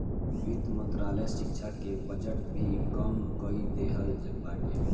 वित्त मंत्रालय शिक्षा के बजट भी कम कई देहले बाटे